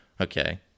Okay